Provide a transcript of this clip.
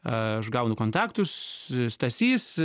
aš gaunu kontaktus stasys